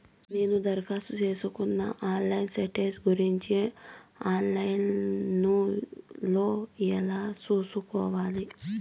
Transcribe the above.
నేను దరఖాస్తు సేసుకున్న లోను స్టేటస్ గురించి ఆన్ లైను లో ఎలా సూసుకోవాలి?